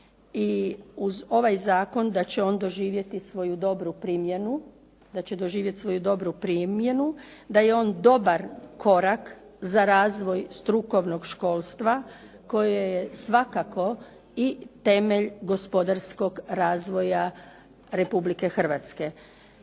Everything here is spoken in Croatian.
i uz ovaj zakon da će on doživjeti svoju dobru primjenu, da je on dobar korak za razvoj strukovnog školstva koje je svakako i temelj gospodarskog razvoja Republike Hrvatske.